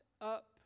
up